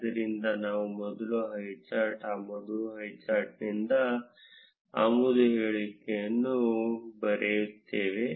ಆದ್ದರಿಂದ ನಾವು ಮೊದಲು ಹೈಚಾರ್ಟ್ ಆಮದು ಹೈಚಾರ್ಟ್ನಿಂದ ಆಮದು ಹೇಳಿಕೆಯನ್ನು ಬರೆಯುತ್ತೇವೆ